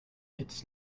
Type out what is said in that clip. its